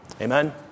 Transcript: Amen